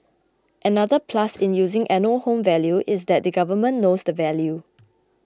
another plus in using annual home value is that the Government knows the value